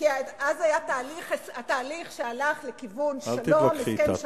כי אז היה תהליך שהלך לכיוון של הסכם שלום,